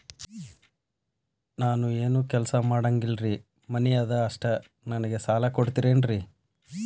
ನಾನು ಏನು ಕೆಲಸ ಮಾಡಂಗಿಲ್ರಿ ಮನಿ ಅದ ಅಷ್ಟ ನನಗೆ ಸಾಲ ಕೊಡ್ತಿರೇನ್ರಿ?